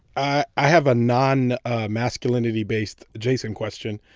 i i have a non-masculinity based jason question.